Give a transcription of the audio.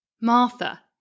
Martha